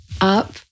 up